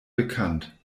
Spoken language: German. bekannt